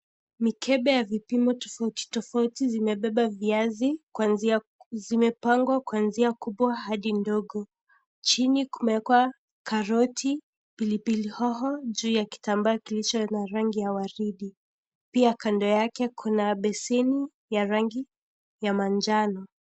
Mikebe ya vipimo tofauti tofauti zimebeba viazi kuanzia, zimepangwa kuanzia kubwa hadi ndogo. Chini kumewekwa, karoti, pilipili hoho, juu ya kitambaa kilicho na rangi ya waridi. Pia kando yake kuna beseni ya rangi ya manjano.